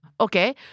Okay